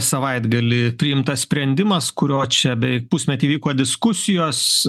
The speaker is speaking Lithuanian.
savaitgalį priimtas sprendimas kurio čia beveik pusmetį vyko diskusijos